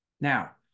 now